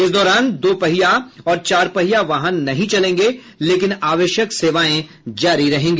इस दौरान दो पहिया और चार पहिया वाहन नहीं चलेंगे लेकिन आवश्यक सेवाएं जारी रहेगी